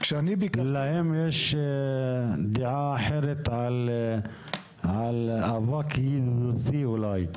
להם יש דעה אחרת על אבק ידידותי אולי,